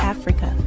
Africa